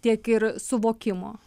tiek ir suvokimo